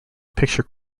picture